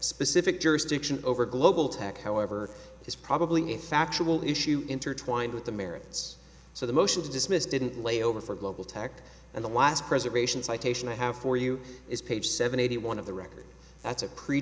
specific jurisdiction over global tech however is probably a factual issue intertwined with the merits so the motion to dismiss didn't lay over for global tech and the last preservation citation i have for you is page seven eighty one of the record that's a